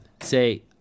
Say